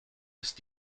ist